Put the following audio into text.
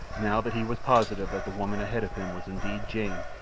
now that he was positive that the woman ahead of him was indeed jane,